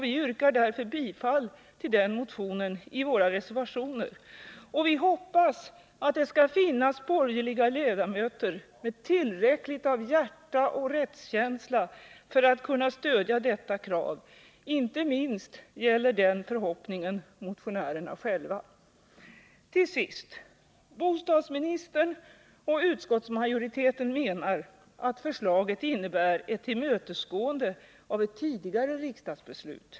Vi yrkar därför bifall till den motionen i våra reservationer, och vi hoppas att det skall finnas borgerliga ledamöter med tillräckligt av hjärta och rättskänsla för att stödja detta krav. Inte minst gäller denna vår förhoppning naturligtvis motionärerna själva. Till sist: Bostadsministern och utskottsmajoriteten menar att förslaget innebär ett tillmötesgående av ett tidigare riksdagsbeslut.